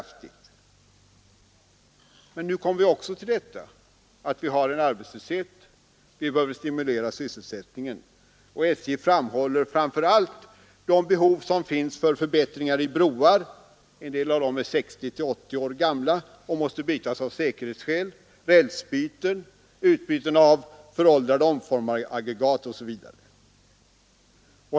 Vi bör också här tänka på att det ju råder arbetslöshet och att sysselsättningen då bör stimuleras. SJ framhåller framför allt de behov som föreligger av förbättringar av broar — en del är 60—80 år gamla och måste åtgärdas av säkerhetsskäl — av rälsbyten, utbyten av föråldrade omformaraggregat osv.